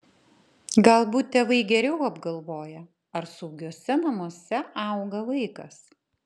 galbūt tėvai geriau apgalvoja ar saugiuose namuose auga vaikas